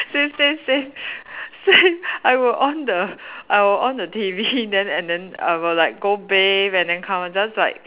same same same same I would on the I would on the T_V then and then I would like go bathe and then come just like